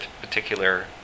particular